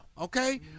okay